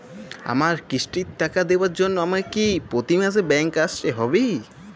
আমার কিস্তির টাকা দেওয়ার জন্য আমাকে কি প্রতি মাসে ব্যাংক আসতে হব?